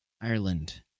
Ireland